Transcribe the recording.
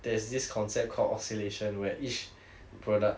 there's this concept called oscillation where each product